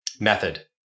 method